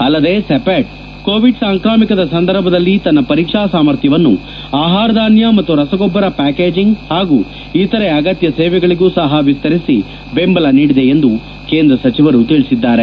ಅಲ್ಲದೆ ಸಿಪೆಟ್ ಕೋವಿಡ್ ಸಾಂಕ್ರಾಮಿಕದ ಸಂದರ್ಭದಲ್ಲಿ ತನ್ನ ಪರೀಕ್ಷಾ ಸಾಮರ್ಥ್ಯವನ್ನು ಆಹಾರ ಧಾನ್ಯ ಮತ್ತು ರಸಗೊಬ್ಲರ ಪ್ಲಾಕೇಜಿಂಗ್ ಹಾಗೂ ಇತರೆ ಅಗತ್ಯ ಸೇವೆಗಳಿಗೂ ಸಹ ವಿಸ್ತರಿಸಿ ಬೆಂಬಲ ನೀಡಿದೆ ಎಂದು ಕೇಂದ ಸಚಿವರು ತಿಳಿಸಿದ್ದಾರೆ